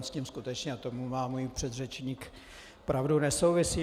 On s tím skutečně, a v tom má můj předřečník pravdu, nesouvisí.